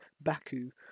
Baku